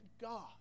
God